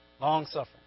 Long-suffering